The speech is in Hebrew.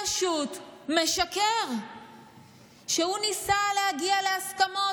פשוט משקר שהוא ניסה להגיע להסכמות,